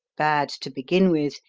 bad to begin with,